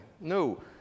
No